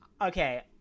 Okay